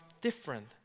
different